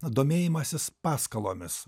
domėjimasis paskalomis